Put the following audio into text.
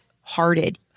hearted